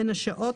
בין השעות